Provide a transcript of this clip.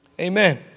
Amen